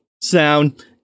sound